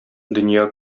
дөнья